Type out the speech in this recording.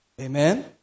Amen